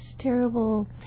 terrible